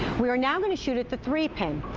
we are now going to shoot at the three pin.